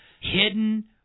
hidden